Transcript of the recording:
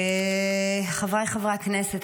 חבריי חברי הכנסת,